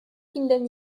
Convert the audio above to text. finden